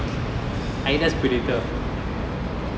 adidas predator